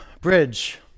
Bridge